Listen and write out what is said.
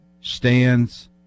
stands